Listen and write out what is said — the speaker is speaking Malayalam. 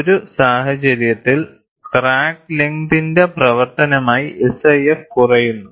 ഒരു സാഹചര്യത്തിൽ ക്രാക്ക് ലെങ്തിന്റെ പ്രവർത്തനമായി SIF കുറയുന്നു